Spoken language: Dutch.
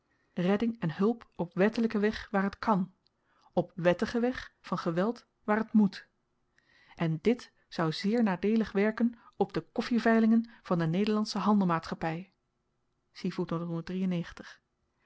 redding en hulp op wettelyken weg waar het kan op wettigen weg van geweld waar het moet en dit zou zeer nadeelig werken op de koffiveilingen van de nederlandsche handelmaatschappy